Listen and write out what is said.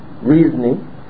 reasoning